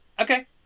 Okay